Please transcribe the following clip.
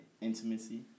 intimacy